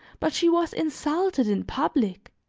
but she was insulted in public,